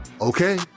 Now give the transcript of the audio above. Okay